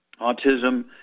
autism